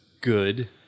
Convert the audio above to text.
good